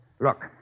look